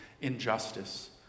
injustice